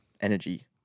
energy